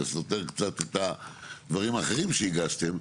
זה סותר קצת את הדברים האחרים שהגשתם.